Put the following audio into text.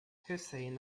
hussein